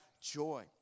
joy